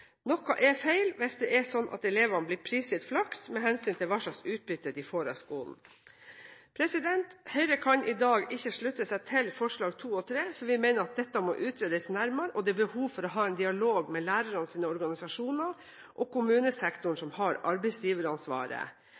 Noe er feil hvis det er slik at elevene blir prisgitt flaks med hensyn til hva slags utbytte de får av skolen. Høyre kan i dag ikke slutte seg til forslagene nr. 2 og 3, for vi mener at dette må utredes nærmere, og det er behov for å ha en dialog med lærernes organisasjoner og kommunesektoren, som har arbeidsgiveransvaret.